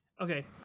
Okay